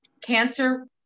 cancer